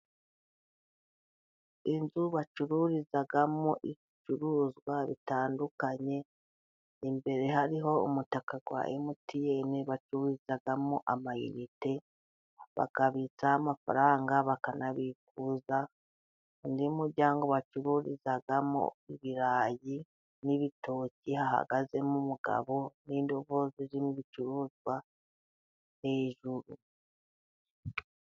Inzu bacururizamo ibicuruzwa bitandukanye, imbere hariho umutaka wa MTN bacururizamo ama inite, bakabitsaho amafaranga, bakanabikuza, undi muryango bacuruburizamo ibirayi, n'ibitoki, hahagazemo umugabo n'indobo zirimo ibicuruzwa hejuru.